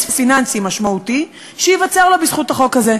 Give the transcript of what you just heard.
פיננסי משמעותי שייווצר לו בזכות החוק הזה.